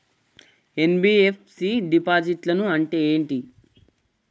NBFC డిపాజిట్లను అంటే ఏంటి?